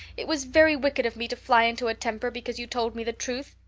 it was very wicked of me to fly into a temper because you told me the truth.